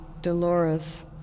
Dolores